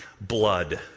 blood